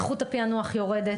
איכות הפענוח יורדת.